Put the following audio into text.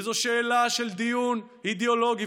וזו שאלה של דיון אידיאולוגי,